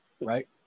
right